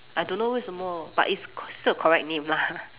I don't know 为什么 but it's still correct name lah